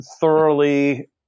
thoroughly –